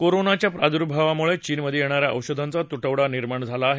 कोरोनाच्या प्रादूर्भावामुळे चीनमधून येणाऱ्या औषधांचा तु बिडा निर्माण झाला आहे